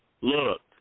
look